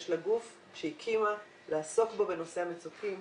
יש לה גוף שהיא הקימה לעסוק בנושא המצוקים,